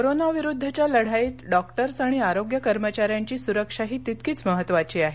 कोरोनाविरुद्दच्या लढाईत डॉक्टर्स आणि आरोग्य कर्मचाऱ्यांची सुरक्षाही तितकीच महत्त्वाची आहे